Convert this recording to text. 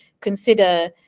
consider